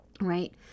right